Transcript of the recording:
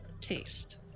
taste